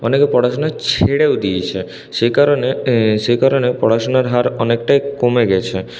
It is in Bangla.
অনেকে পড়াশুনা ছেড়েও দিয়েছে সে কারণে সে কারণে পড়াশুনার হার অনেকটাই কমে গেছে